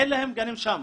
אין להם גנים שם.